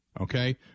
Okay